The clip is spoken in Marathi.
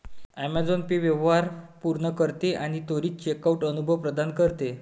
ॲमेझॉन पे व्यवहार पूर्ण करते आणि त्वरित चेकआउट अनुभव प्रदान करते